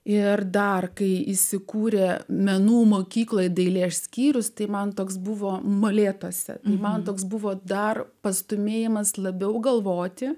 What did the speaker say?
ir dar kai įsikūrė menų mokykloje dailė išskyrus tai man toks buvo molėtuose man toks buvo dar pastūmėjimas labiau galvoti